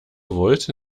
wollte